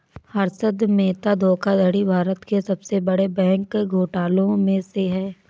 हर्षद मेहता धोखाधड़ी भारत के सबसे बड़े बैंक घोटालों में से है